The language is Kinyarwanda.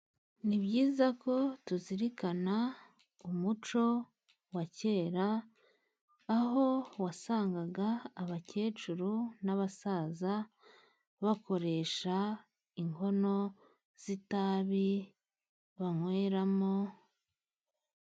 Ni byiza ko tuzirikana umuco wa kera, aho wasangaga abakecuru n'abasaza bakoresha inkono z'itabi banyweramo.